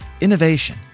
innovation